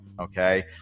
Okay